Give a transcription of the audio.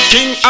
King